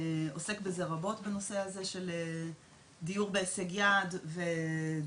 עוסק בזה רבות בנושא הזה של דיור בהישג יד ודיור